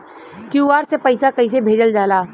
QR से पैसा कैसे भेजल जाला?